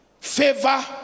favor